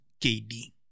KD